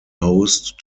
host